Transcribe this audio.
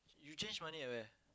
you change money at where